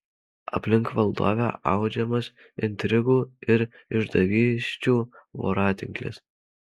aplink valdovę audžiamas intrigų ir išdavysčių voratinklis